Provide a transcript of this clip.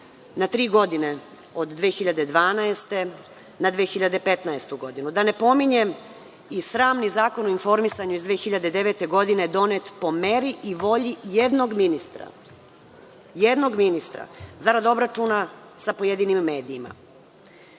na tri godine, od 2012. na 2015. godinu. Da ne pominjem i sramni Zakon o informisanju iz 2009. godine, donet po meri i volji jednog ministra, zarad obračuna sa pojedinim medijima. Pre